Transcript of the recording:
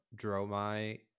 Dromai